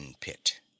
Pit